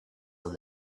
are